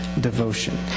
devotion